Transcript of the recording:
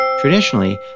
Traditionally